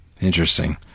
Interesting